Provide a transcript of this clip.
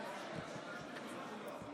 משרתים.